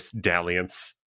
dalliance